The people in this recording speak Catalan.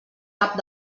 cap